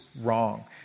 wrong